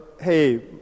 hey